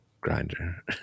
grinder